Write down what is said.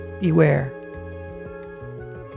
Beware